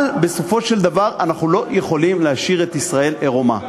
אבל בסופו של דבר אנחנו לא יכולים להשאיר את ישראל עירומה.